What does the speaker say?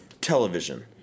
television